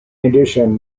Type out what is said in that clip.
addition